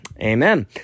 amen